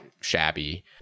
shabby